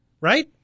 right